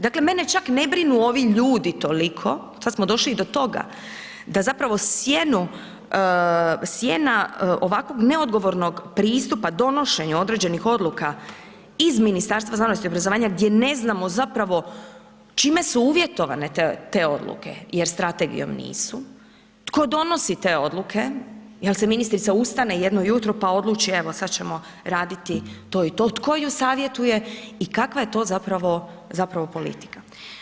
Dakle mene čak ne brinu ovi ljudi toliko, sad smo došli i do toga da zapravo sjena ovakvog neodgovornog pristupa donošenja određenih odluka iz Ministarstva znanosti i obrazovanja gdje ne znamo zapravo čime su uvjetovane te odluke jer strategijom nisu, tko donosi te odluke, jel se ministrica ustane jedno ujutro pa odluči evo, sad ćemo raditi to i to, tko ju savjetuje i kakva je to zapravo politika.